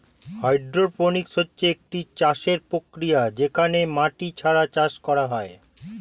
hydroponics হচ্ছে একটি চাষের প্রক্রিয়া যেখানে মাটি ছাড়া চাষ করা হয়